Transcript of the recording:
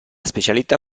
specialità